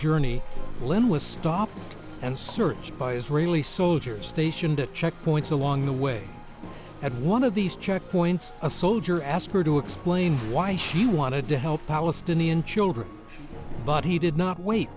journey lynn was stopped and searched by israeli soldiers stationed at checkpoints along the way at one of these checkpoints a soldier asked her to explain why she wanted to help palestinian children but he did not wait